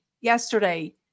yesterday